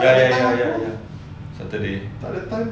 ya ya ya saturday